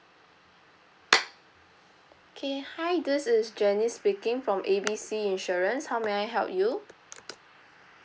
okay hi this is janice speaking from A B C insurance how may I help you